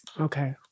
Okay